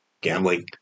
gambling